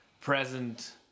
present